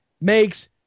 makes